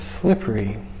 slippery